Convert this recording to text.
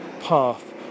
path